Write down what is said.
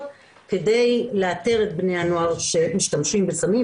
כדי לאתר את בני הנוער שמשתמשים בסמים,